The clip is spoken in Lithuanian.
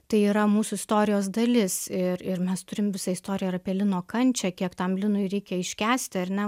tai yra mūsų istorijos dalis ir ir mes turim visą istoriją ir apie lino kančią kiek tam linui reikia iškęsti ar ne